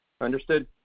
Understood